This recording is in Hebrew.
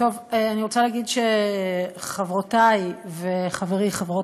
אני רוצה להגיד שחברותי וחברי וחברות